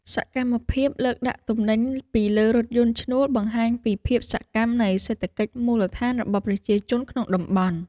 សកម្មភាពលើកដាក់ទំនិញពីលើរថយន្តឈ្នួលបង្ហាញពីភាពសកម្មនៃសេដ្ឋកិច្ចមូលដ្ឋានរបស់ប្រជាជនក្នុងតំបន់។